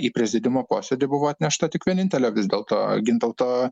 į prezidiumo posėdį buvo atnešta tik vienintelio vis dėlto gintauto